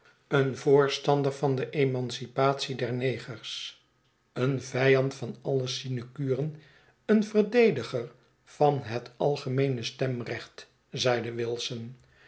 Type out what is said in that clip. een voorstander van de emancipatie der negers een vijand van alle sinecuren een verdediger van het algemeene stemrecht zeide wilson